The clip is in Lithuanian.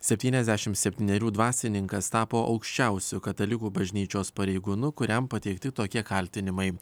septyniasdešimt septynerių dvasininkas tapo aukščiausiu katalikų bažnyčios pareigūnu kuriam pateikti tokie kaltinimai